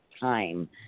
time